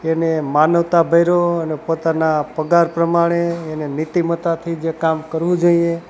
એને માનવતાભર્યો અને પોતાના પગાર પ્રમાણે એને નીતિમત્તાથી જે કામ કરવું જોઈએ